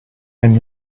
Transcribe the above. anni